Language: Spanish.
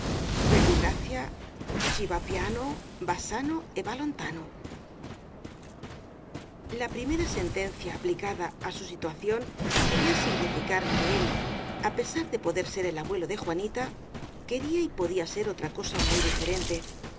dante verbi gracia chi va piano va sano e va lontano la primera sentencia aplicada á su situación quería significar que él á pesar de poder ser el abuelo de juanita quería y podía ser otra cosa muy diferente